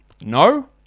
No